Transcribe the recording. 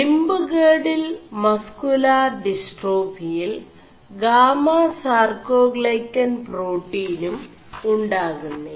limb girdle muscular dystrophy യിൽ ഗാമാസാർേ ാൈø ൻ േ4പാƒീനും ഉാകുMി